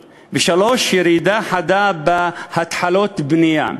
3. ירידה חדה בהתחלות בנייה.